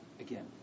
Again